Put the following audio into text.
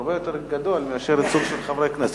הרבה יותר גדול מאשר ייצוג חברי הכנסת.